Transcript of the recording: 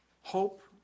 hope